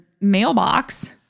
mailbox